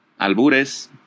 albures